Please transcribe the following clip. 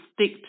stick